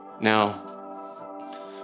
Now